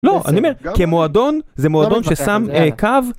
לא, אני אומר, כמועדון, זה מועדון ששם קו...